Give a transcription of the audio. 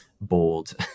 bold